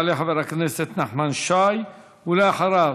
יעלה חבר הכנסת נחמן שי, ואחריו,